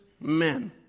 men